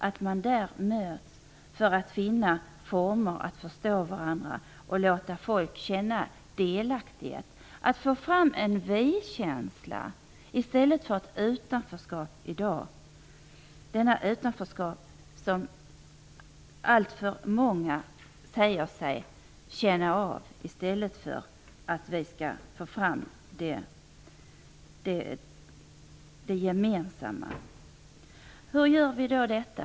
Där måste man mötas för att finna former för att förstå varandra och låta människor känna delaktighet. Vi måste i dag få fram en vi-känsla i stället för utanförskap. Det är ett utanförskap som alltför många säger sig känna av. I stället skall vi föra fram det gemensamma. Hur gör vi då detta?